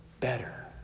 better